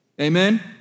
Amen